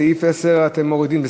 את סעיף 10 אתם מורידים,